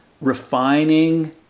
refining